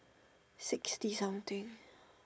sixty something